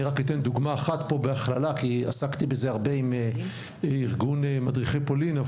אני אתן דוגמה אחת בהכללה כי עסקתי בזה הרבה עם ארגון מדריכי פולין.